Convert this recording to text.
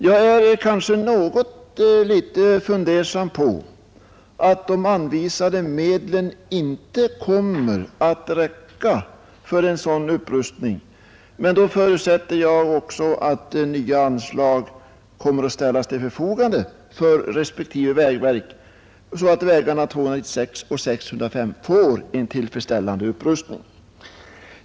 Jag är dock något rädd för att de anvisade medlen inte kommer att räcka för en sådan upprustning, men då förutsätter jag att nya anslag kommer att ställas till förfogande för respektive vägverk, så att vägarna 296 och 605 får en tillfredsställande upprustning.